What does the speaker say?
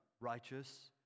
righteous